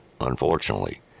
unfortunately